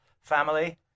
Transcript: family